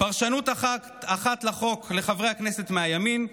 פרשנות אחת לחוק לחברי הכנסת מהימין,